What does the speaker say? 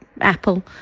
Apple